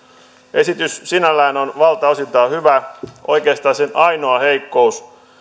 esitys sinällään on valtaosiltaan hyvä oikeastaan sen ainoa heikkous